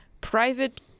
private